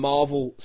Marvel